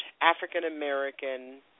African-American